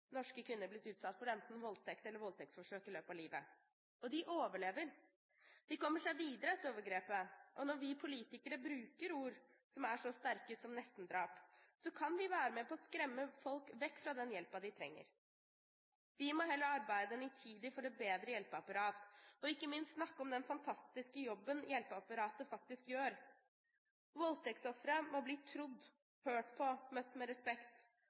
norske kvinner blitt utsatt for enten voldtektsforsøk eller voldtekt i løpet av livet. Og de overlever. De kommer seg videre etter overgrepet. Når vi politikere bruker så sterke ord som «nestendrap», kan vi være med på å skremme folk vekk fra den hjelpen de trenger. Vi må heller arbeide nitid for et bedre hjelpeapparat og ikke minst snakke om den fantastiske jobben hjelpeapparatet faktisk gjør. Voldtektsofre må bli trodd, hørt på, møtt med respekt